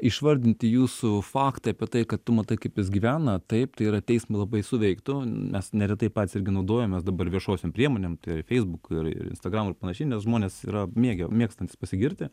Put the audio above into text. išvardinti jūsų faktai apie tai kad tu matai kaip jis gyvena taip tai yra teismui labai suveiktų mes neretai patys irgi naudojamės dabar viešosiom priemonėm tai yra feisbuk ir instagram ir panašiai nes žmonės yra mėgia mėgstantys pasigirti